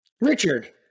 Richard